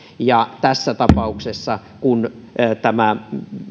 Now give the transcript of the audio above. ja tässä tapauksessa kun tämä